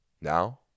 Now